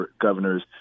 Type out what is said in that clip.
governors